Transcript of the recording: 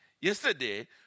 Yesterday